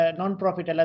non-profit